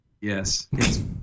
Yes